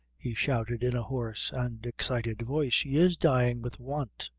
he shouted, in a hoarse and excited voice she is dyin' with want.